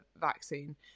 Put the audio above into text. vaccine